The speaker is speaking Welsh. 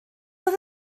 oedd